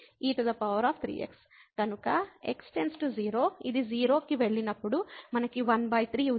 కాబట్టి x → 0 ఇది 0 కి వెళ్ళినప్పుడు మనకు 13 ఉంది